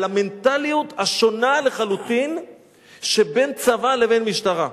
על המנטליות השונה לחלוטין שבין צבא לבין משטרה.